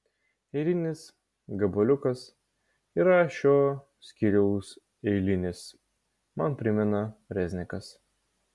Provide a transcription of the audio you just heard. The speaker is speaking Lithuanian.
eilinis gabaliukas yra šio skyriaus eilinis man primena reznikas